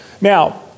Now